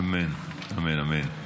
אמן, אמן, אמן.